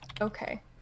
okay